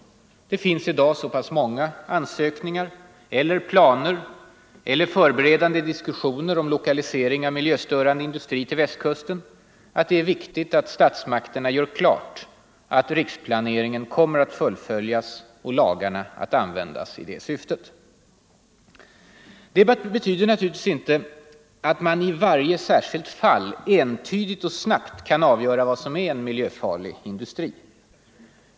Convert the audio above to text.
Det finns i dag så pass många ansökningar eller planer eller förberedande diskussioner om lokalisering av miljöstörande industri till Västkusten att det är viktigt att statsmakterna gör klart att riksplaneringen kommer att full 127 följas och lagarna kommer att användas i det syftet. Det betyder naturligtvis inte att man i varje särskilt fall entydigt och snabbt kan avgöra vad som är miljöfarlig industri.